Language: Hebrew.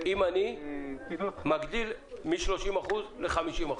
אם אני מגדיל מ-30% ל-50%.